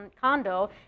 condo